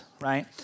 right